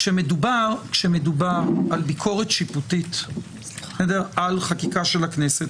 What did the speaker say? כשמדובר על ביקורת שיפוטית על חקיקה של הכנסת,